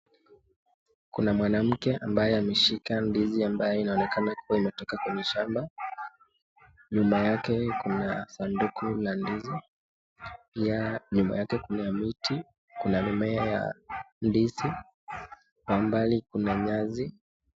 Kuna mwanamke ambaye ameshika ndizi ambayo inaonekana kuwa imetoka kwa shamba. Nyuma yake kuna sanduku la ndizi . Pia nyuma yake kuna miti ,kuna mimea ya ndizi, kwa umbali kuna nyasi.